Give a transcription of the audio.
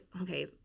okay